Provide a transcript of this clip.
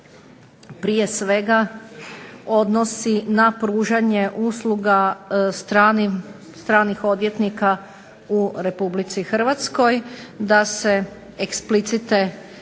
prije svega odnosi na pružanje usluga stranih odvjetnika u Republici Hrvatskoj da se eksplicite